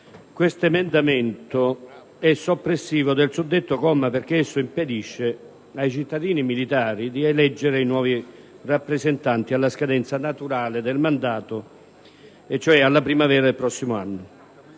L'emendamento 3.14 è soppressivo del suddetto comma perché esso impedisce ai cittadini militari di eleggere nuovi rappresentanti alla scadenza naturale del mandato, cioè nella primavera del prossimo anno.